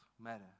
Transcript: matter